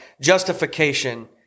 justification